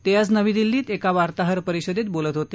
ते आज नवी दिल्लीत एका वार्ताहर परिषदेत बोलत होते